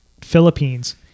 Philippines